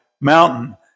mountain